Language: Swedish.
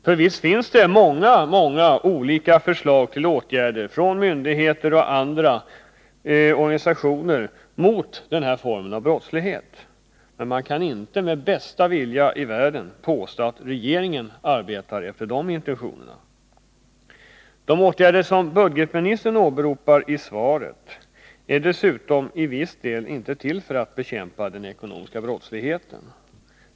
För visst finns det många olika förslag till åtgärder från myndigheter och organisationer mot denna form av brottslighet, men man kan med bästa vilja i världen inte påstå att regeringen arbetar efter de intentionerna. De åtgärder som budgetministern åberopar är dessutom i viss del inte till för att bekämpa den ekonomiska brottsligheten.